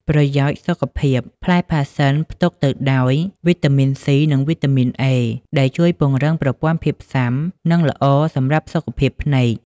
ប្រយោជន៍សុខភាព ផ្លែផាសសិនផ្ទុកទៅដោយ វីតាមីន សុី និង វីតាមីន អេ ដែលជួយពង្រឹងប្រព័ន្ធភាពស៊ាំ និងល្អសម្រាប់សុខភាពភ្នែក។